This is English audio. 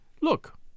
Look